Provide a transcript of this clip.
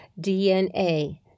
DNA